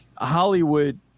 Hollywood